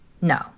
No